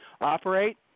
operate